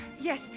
Yes